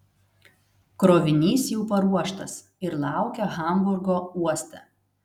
krovinys jau paruoštas ir laukia hamburgo uoste